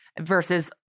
versus